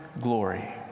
glory